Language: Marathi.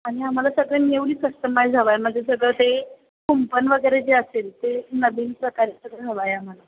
आणि आम्हाला सगळं निवली कस्टमाईज हवं आहे म्हणजे सगळं ते कुंपण वगैरे जे असेल ते नवीन प्रकारे सगळं हवं आहे आम्हाला